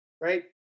right